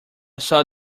saw